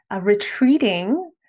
retreating